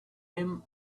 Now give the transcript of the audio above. him